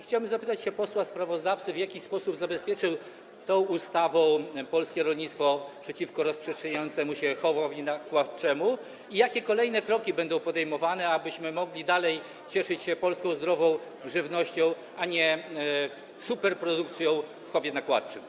Chciałbym zapytać się posła sprawozdawcy: W jaki sposób zabezpiecza się tą ustawą polskie rolnictwo przeciwko rozprzestrzeniającemu się chowowi nakładczemu i jakie kolejne kroki będą podejmowane, abyśmy mogli dalej cieszyć się polską zdrową żywnością, a nie superprodukcją w chowie nakładczym?